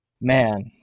Man